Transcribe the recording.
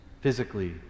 physically